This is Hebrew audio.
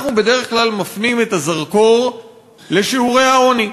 אנחנו בדרך כלל מפנים את הזרקור לשיעורי העוני.